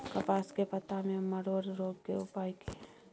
कपास के पत्ता में मरोड़ रोग के उपाय की हय?